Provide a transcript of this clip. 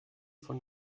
von